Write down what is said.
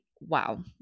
Wow